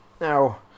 Now